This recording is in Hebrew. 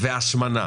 והשמנה